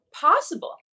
possible